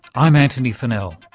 i'm antony funnell.